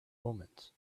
omens